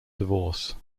divorce